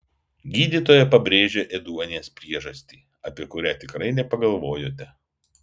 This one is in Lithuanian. gydytoja pabrėžė ėduonies priežastį apie kurią tikrai nepagalvojote